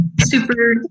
Super